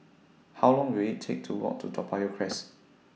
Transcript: How Long Will IT Take to Walk to Toa Payoh Crest